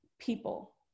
people